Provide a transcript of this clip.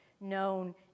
known